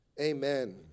Amen